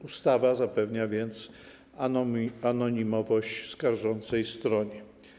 Ustawa zapewnia więc anonimowość skarżącej stronie.